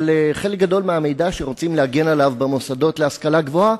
אבל חלק גדול מהמידע שרוצים להגן עליו במוסדות להשכלה גבוהה